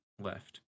left